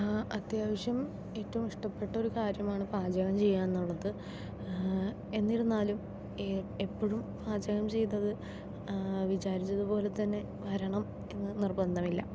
അത്യാവശ്യം ഏറ്റവും ഇഷ്ടപ്പെട്ട ഒരു കാര്യമാണ് പാചകം ചെയ്യുകാന്നുള്ളത് എന്നിരുന്നാലും എപ്പോഴും പാചകം ചെയ്തത് വിചാരിച്ചതുപോലെത്തന്നെ വരണം എന്ന് നിർബന്ധമില്ല